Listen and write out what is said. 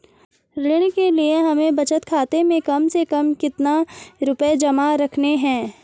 ऋण के लिए हमें बचत खाते में कम से कम कितना रुपये जमा रखने हैं?